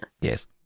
Yes